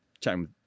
chatting